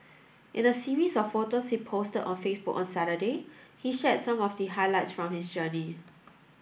in a series of photos he posted on Facebook on Saturday he shared some of the highlights from his journey